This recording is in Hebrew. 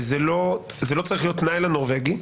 זה לא צריך להיות תנאי לנורבגי,